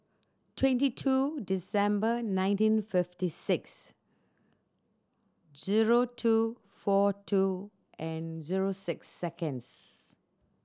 twenty two December nineteen fifty six zero two four two and zero six seconds